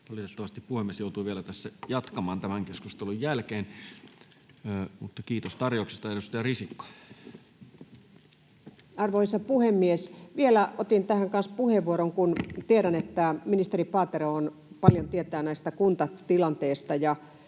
Valitettavasti puhemies joutuu vielä tässä jatkamaan tämän keskustelun jälkeen, mutta kiitos tarjouksesta. — Edustaja Risikko. Arvoisa puhemies! Vielä otin tähän kanssa puheenvuoron, kun tiedän, että ministeri Paatero paljon tietää tästä kuntatilanteesta.